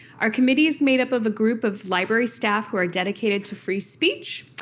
our committee is made up of a group of library staff who are dedicated to free speech.